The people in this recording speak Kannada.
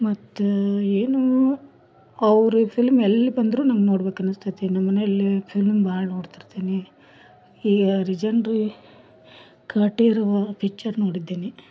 ಮತ್ತು ಏನು ಅವ್ರು ಈ ಫಿಲ್ಮ್ ಎಲ್ಲ ಬಂದರೂ ನಂಗೆ ನೋಡ್ಬೇಕು ಅನಿಸ್ತೈತಿ ನಮ್ಮ ಮನೆಯಲ್ಲಿ ಫಿಲ್ಮ್ ಭಾಳ ನೋಡ್ತಿರ್ತೀನಿ ಈಗ ರಿಜೆನ್ರಿ ಕಂಠೀರವ ಪಿಚ್ಚರ್ ನೋಡಿದ್ದೀನಿ